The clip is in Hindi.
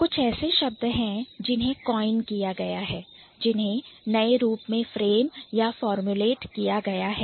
कुछ ऐसे शब्द है जिन्हें Coin किया गया है जिन्हें नए रूप में Frame या Formulate किया गया है